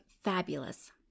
fabulous